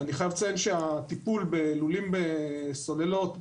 אני חייב לציין שהטיפול בלולים בסוללות,